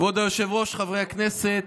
כבוד היושב-ראש, חברי הכנסת,